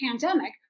pandemic